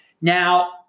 Now